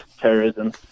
terrorism